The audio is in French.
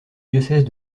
diocèse